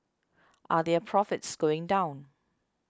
are their profits going down